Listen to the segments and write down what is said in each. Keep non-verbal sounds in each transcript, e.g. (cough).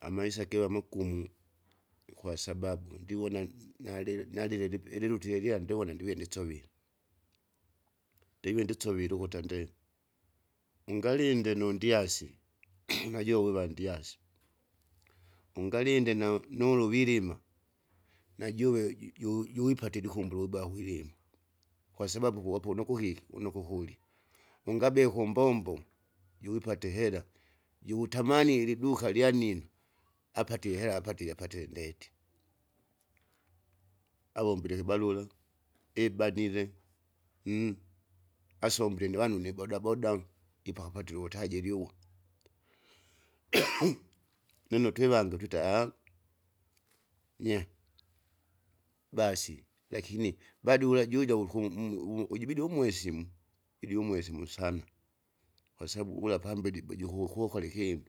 Amaisa giva makumu, kwasababu ndiwona n- nalile nalile lipe ililutire lyandivona ndive ndisovile. Ndive ndisovile ukuti ande, ungalinde nundyasi (noise) najuwuwa ndyasi, ungalinde na nuluvilima, najuve ju- ju- juwipatire ikumbulu ba kwilima. Kwasababu kuwapo nukukiki unukukulya, ungabie kumbombo, (noise) juwipate hera, juvutamani iliduka lyannino apatie ihera apatile apatile ndeti. Avombile ikibarura, ibanile, (hesitation) asombile niwanu nibodaboda ipaka apatile uwutajiri uwa, (noise) lino twevange twita (hesitation) mye, basi lakini bado wula juida wuliku mwe umo ujibidi umwesimu, ibidi umwesimu sana, kwasabu ula pambelibo jikuhokola ikinu,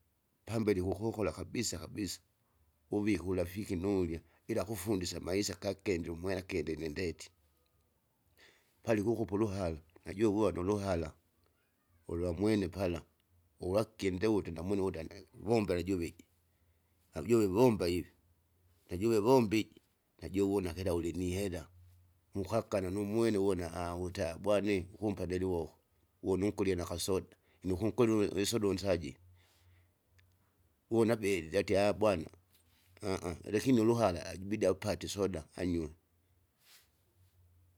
(hesitation) pambele ikukokola kabisa kabisa. Uvika urafiki nurya ila kufundisa amaisa gakendile umwera akende nindeti, palikukupa uruhara nujuwuanda uruhara, (noise) ulwamwene pala, uwaki ndevute namwene ukuti ane- vombera juviji, najuve vomba ivi, najuve vomba iji. Najuwuna kilau ulinihera, mukakana numwene uvona (hesitation) uta bwana (hesitation) ukumpa deliwoko, wonukulye nakasoda, enukunkoliwe wesoda unsaji, unabelile atie (hesitation) bwana. (hesitation) Lakini uruhara ajibidi apate isoda anywe. (noise)